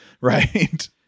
right